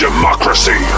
Democracy